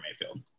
Mayfield